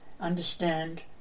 understand